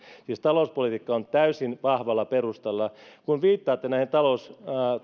siis talouspolitiikka on täysin vahvalla perustalla kun viittaatte näihin